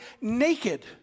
naked